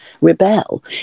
rebel